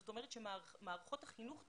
זאת אומרת, מערכות החינוך תקרוסנה.